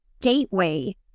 gateway